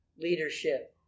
leadership